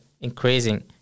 increasing